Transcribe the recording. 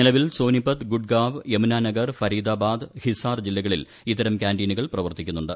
നിലവിൽ സോനിപത്ത് ഗുഡ്ഗാവ് യമുനാനഗർ ഫരീദാബാദ് ഹിസാർ ജില്ലകളിൽ ഇത്തര്യാക്യാന്റീനുകൾ പ്രവർത്തിക്കുന്നുണ്ട്